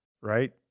right